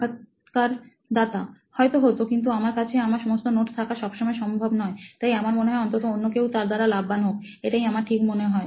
সাক্ষাৎকারদাতা হয়তো হতো কিন্তু আমার কাছে আমার সমস্ত নোটস থাকা সবসময় সম্ভব নয় তাই আমার মনে হয় অন্তত অন্যকেউ তার দ্বারা লাভবান হোক এটাই আমার ঠিক মনে হয়